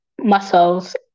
muscles